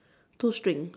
two string